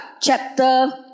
chapter